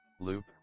loop